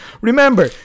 Remember